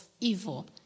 evil